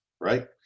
right